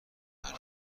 ارزان